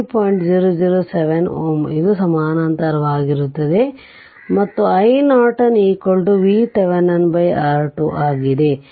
007 Ω ಇದು ಸಮಾನಾಂತರವಾಗಿರುತ್ತದೆ ಮತ್ತು iNorton VThevenin R2 ಆಗಿದೆ